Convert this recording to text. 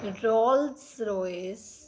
Rolls Royce